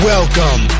Welcome